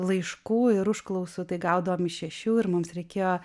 laiškų ir užklausų tai gaudavom iš šešių ir mums reikėjo